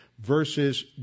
versus